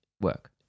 work